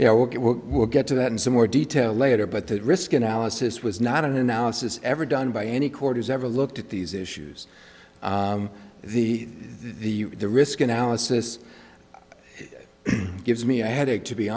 it well we'll get to that in some more detail later but that risk analysis was not an analysis ever done by any court has ever looked at these issues the the the risk analysis gives me a headache to be